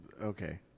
Okay